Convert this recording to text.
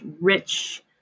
rich